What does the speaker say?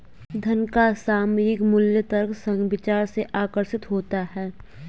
धन का सामयिक मूल्य तर्कसंग विचार से आकर्षित होता है